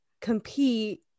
compete